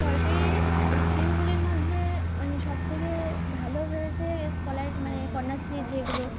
সরকারের স্কিমগুলির মধ্যে মানে সবথেকে ভালো হয়েছে স্কলার মানে কন্যাশ্রী যেগুলো